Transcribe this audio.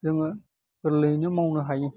जोङो गोरलैयैनो मावनो हायो